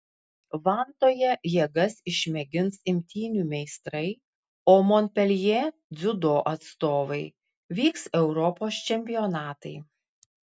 vantoje jėgas išmėgins imtynių meistrai o monpeljė dziudo atstovai vyks europos čempionatai